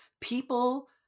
people